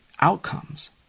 outcomes